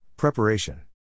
Preparation